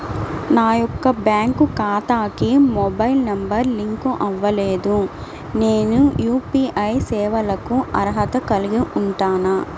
నా యొక్క బ్యాంక్ ఖాతాకి మొబైల్ నంబర్ లింక్ అవ్వలేదు నేను యూ.పీ.ఐ సేవలకు అర్హత కలిగి ఉంటానా?